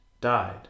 died